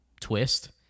twist